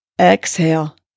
Exhale